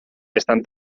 estan